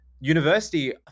university